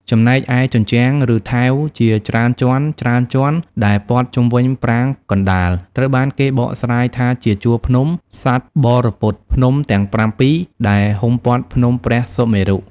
ចំណែកឯ ជញ្ជាំង ឬថែវជាច្រើនជាន់ៗដែលព័ទ្ធជុំវិញប្រាង្គកណ្តាល ត្រូវបានគេបកស្រាយថាជាជួរភ្នំ សត្តបរព៌ត ភ្នំទាំងប្រាំពីរ ដែលហ៊ុមព័ទ្ធភ្នំព្រះសុមេរុ។